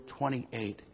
28